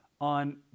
on